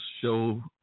show